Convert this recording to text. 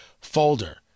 folder